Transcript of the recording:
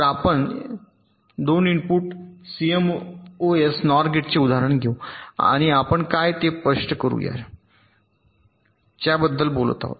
तर आपण 2 input CMOS NOR गेटचे उदाहरण घेऊ आणि आपण काय ते स्पष्ट करू या च्या बद्दल बोलत आहोत